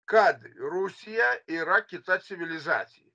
kad rusija yra kita civilizacija